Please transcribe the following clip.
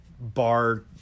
bar